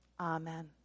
Amen